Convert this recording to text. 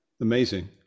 amazing